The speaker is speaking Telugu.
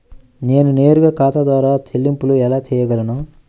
నేను నేరుగా నా ఖాతా ద్వారా చెల్లింపులు ఎలా చేయగలను?